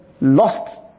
lost